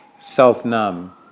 self-numb